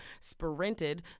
sprinted